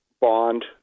bond